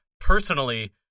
Personally